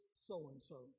so-and-so